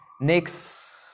next